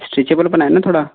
stretchable पण आहे ना थोडा